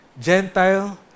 Gentile